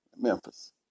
Memphis